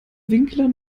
winkler